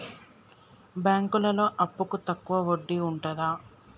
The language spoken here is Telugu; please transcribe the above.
బ్యాంకులలో అప్పుకు తక్కువ వడ్డీ ఉంటదా?